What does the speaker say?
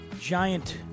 giant